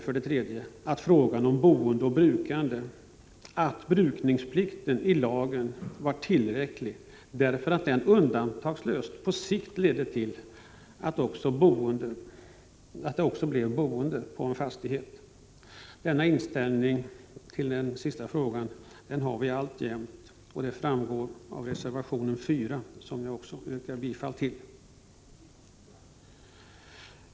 För det tredje ansåg vi i fråga om boende och brukande att brukningsplikten i lagen var tillräcklig, eftersom den undantagslöst på sikt ledde till boende på fastigheten. Denna inställning till den sistnämnda frågan har vi alltjämt, vilket framgår av reservation 4, som jag yrkar bifall till.